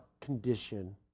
condition